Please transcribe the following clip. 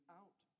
out